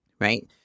right